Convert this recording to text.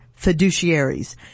fiduciaries